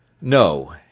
No